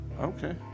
okay